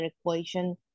equation